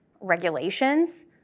regulations